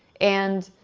and